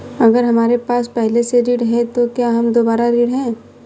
अगर हमारे पास पहले से ऋण है तो क्या हम दोबारा ऋण हैं?